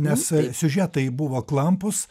nes siužetai buvo klampūs